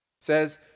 says